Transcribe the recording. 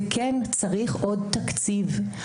וכן, צריך עוד תקציב.